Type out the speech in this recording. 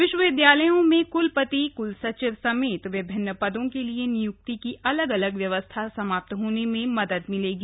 विश्वविद्यालयों में क्लपति क्लसचिव समेत विभिन्न पदों के लिए नियुक्ति की अलगअलग व्यवस्था समाप्त हामे में मदद मिलेगी